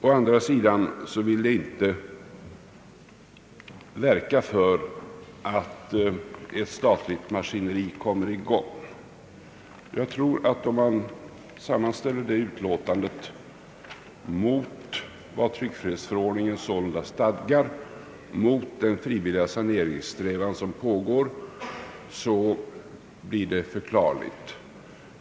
Å andra sidan vill utskottet inte verka för att ett statligt maskineri kommer i gång, men om man ställer detta utlåtande mot vad tryckfrihetsförordningen sålunda stadgar och mot den frivilliga saneringssträvan som pågår, blir det förklarligt.